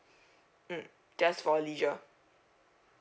mm just for leisure